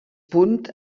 punt